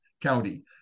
county